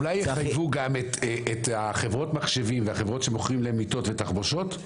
אולי יחייבו גם את חברות המחשבים והחברות שמוכרות להם מיטות ותחבושות,